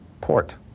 port